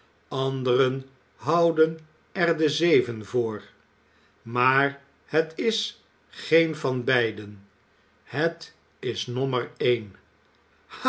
anderen houden er de zeven voor maar het is geen van die beiden het is nommer één